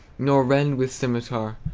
nor rend with scymitar.